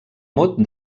mot